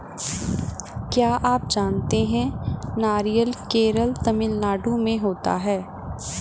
क्या आप जानते है नारियल केरल, तमिलनाडू में होता है?